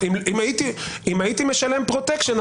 אם הייתי משלם פרוטקשן,